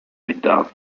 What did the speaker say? without